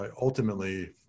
ultimately